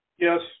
Yes